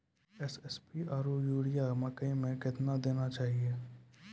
SSP आरु urea मकई मे कितना देना चाहिए?